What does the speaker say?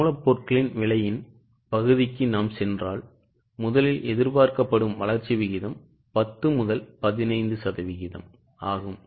மூலப்பொருட்களின் விலையின் பகுதிக்கு நாம் சென்றால் முதலில் எதிர்பார்க்கப்படும் வளர்ச்சி விகிதம் 10 முதல் 15 சதவீதம் ஆகும்